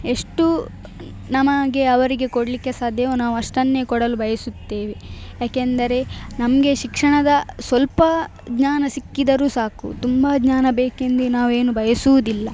ಎಷ್ಟು ನಮಗೆ ಅವರಿಗೆ ಕೊಡಲಿಕ್ಕೆ ಸಾಧ್ಯವೋ ನಾವು ಅಷ್ಟನ್ನೇ ಕೊಡಲು ಬಯಸುತ್ತೇವೆ ಏಕೆಂದರೆ ನಮಗೆ ಶಿಕ್ಷಣದ ಸ್ವಲ್ಪ ಜ್ಞಾನ ಸಿಕ್ಕಿದರೂ ಸಾಕು ತುಂಬ ಜ್ಞಾನ ಬೇಕೆಂದು ನಾವೇನು ಬಯಸುವುದಿಲ್ಲ